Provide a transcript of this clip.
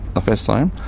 first time.